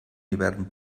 hivern